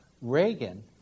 Reagan